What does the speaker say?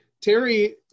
Terry